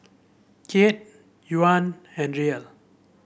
Kyat Yuan and Riel